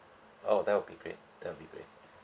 oh that will be great that will be great